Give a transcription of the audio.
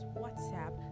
whatsapp